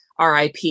RIP